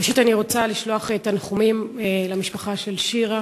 ראשית, אני רוצה לשלוח תנחומים למשפחה של שירה